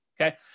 okay